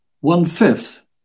one-fifth